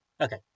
Okay